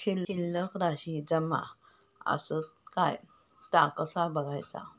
शिल्लक राशी जमा आसत काय ता कसा बगायचा?